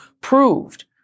proved